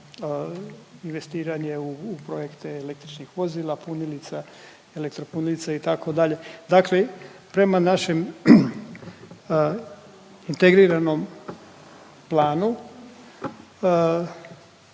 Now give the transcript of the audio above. investiranje u, u projekte električnih vozila, punilica, elektropunilica itd.. Dakle, prema našem integriranom planu